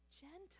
gentle